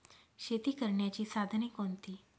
शेती करण्याची साधने कोणती?